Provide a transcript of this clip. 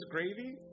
Gravy